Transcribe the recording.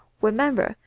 remember,